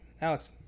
Alex